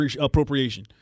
appropriation